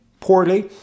poorly